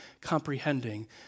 comprehending